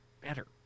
better